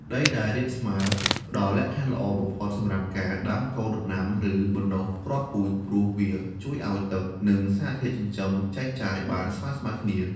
ដីដែលរាបស្មើផ្តល់លក្ខខណ្ឌល្អបំផុតសម្រាប់ការដាំកូនដំណាំ ឬបណ្ដុះគ្រាប់ពូជ ព្រោះវាជួយឲ្យទឹក និងសារធាតុចិញ្ចឹមចែកចាយបានស្មើៗគ្នា។